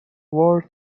wars